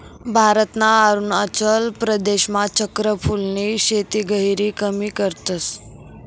भारतना अरुणाचल प्रदेशमा चक्र फूलनी शेती गहिरी कमी करतस